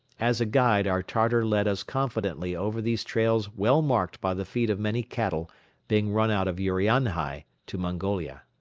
as a guide our tartar led us confidently over these trails well marked by the feet of many cattle being run out of urianhai to mongolia.